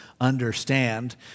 understand